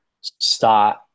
start